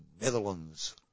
Netherlands